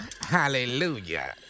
Hallelujah